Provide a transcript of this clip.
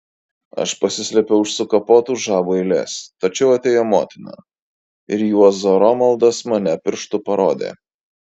aš pasislėpiau už sukapotų žabų eilės tačiau atėjo motina ir juozo romaldas mane pirštu parodė